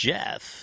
Jeff